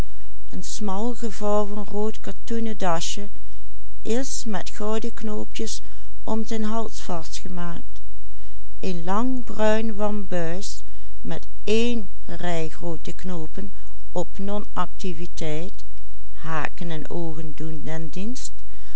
met één rij groote knoopen op nonactiviteit haken en oogen doen